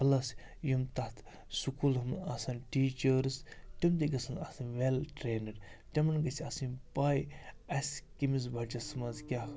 plus یِم تَتھ سکوٗلَن منٛز آسَن ٹیٖچٲرٕس تِم تہِ گَژھَن آسٕنۍ وٮ۪ل ٹرٛینٕڈ تِمَن گٔژھۍ آسٕنۍ پاے اَسہِ کیٚمِس بَچَس منٛز کیٛاہ